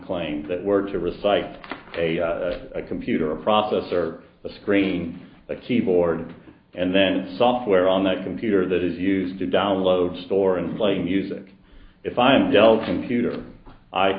claim that we're to recite a computer a processor a screening a keyboard and then software on that computer that is used to download store and play music if i am dell computer i